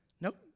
Nope